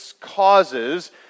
causes